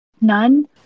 None